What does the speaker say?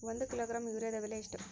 ಒಂದು ಕಿಲೋಗ್ರಾಂ ಯೂರಿಯಾದ ಬೆಲೆ ಎಷ್ಟು?